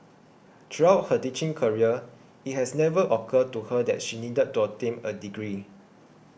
throughout her teaching career it has never occurred to her that she needed to obtain a degree